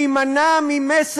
אם כן,